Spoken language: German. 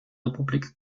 republik